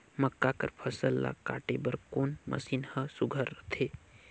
मक्का कर फसल ला काटे बर कोन मशीन ह सुघ्घर रथे?